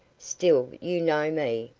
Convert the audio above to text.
still, you know me.